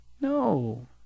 No